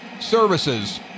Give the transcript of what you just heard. services